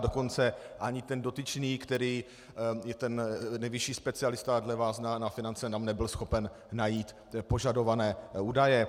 Dokonce ani ten dotyčný, který je ten nejvyšší specialista podle vás na finance, nám nebyl schopen najít požadované údaje.